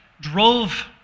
drove